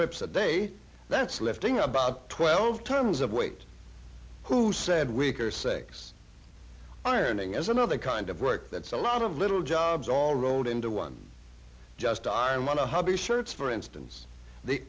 preps a day that's lifting about twelve terms of weight who said weaker sex ironing is another kind of work that's a lot of little jobs all rolled into one just are not a hobby shirts for instance the